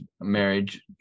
marriage